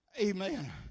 amen